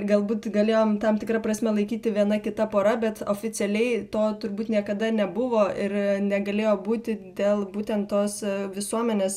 galbūt galėjom tam tikra prasme laikyti viena kita pora bet oficialiai to turbūt niekada nebuvo ir negalėjo būti dėl būtent tos visuomenės